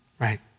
right